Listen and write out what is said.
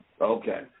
Okay